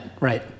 Right